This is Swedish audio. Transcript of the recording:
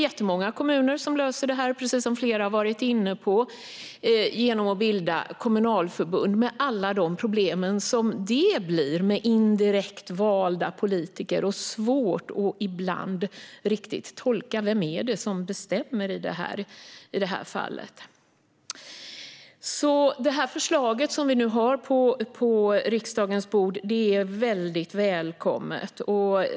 Jättemånga kommuner löser detta, precis som flera har varit inne på, genom att bilda kommunalförbund - med alla problem det innebär i form av indirekt valda politiker och att det ibland är svårt att riktigt tolka vem det är som bestämmer i ett visst fall. Det förslag vi nu har på riksdagens bord är alltså väldigt välkommet.